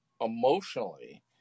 emotionally